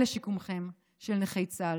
ולשיקומכם, נכי צה"ל.